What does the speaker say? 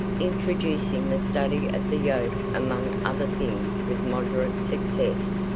introducing the study of the yoke among other things with moderate success.